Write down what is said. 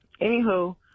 Anywho